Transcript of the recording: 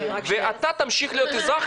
ואתה תמשיך להיות אזרח,